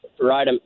right